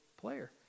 player